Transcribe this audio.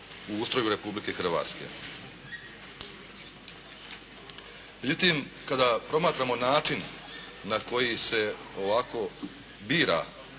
u ustroju Republike Hrvatske. Međutim, kada promatramo način na koji se ovako biraju